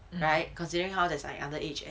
right considering how there's like underage and